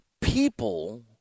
People